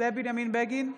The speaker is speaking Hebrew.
זאב בנימין בגין,